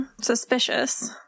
Suspicious